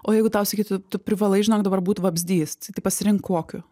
o jeigu tau sakytų tu privalai žinok dabar būt vabzdys tai pasirink kokiu